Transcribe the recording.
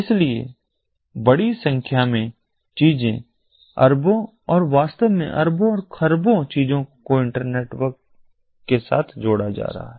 इसलिए बड़ी संख्या में चीजें अरबों और वास्तव में अरबों और खरबों चीजों को इंटरनेटवर्क के साथ जोड़ा जा रहा है